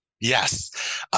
Yes